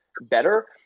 better